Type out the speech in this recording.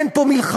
אין פה מלחמה,